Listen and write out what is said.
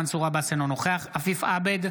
בעד עפיף עבד,